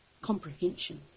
comprehension